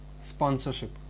Sponsorship